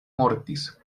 mortis